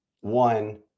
one